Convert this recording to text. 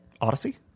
Odyssey